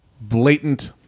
Blatant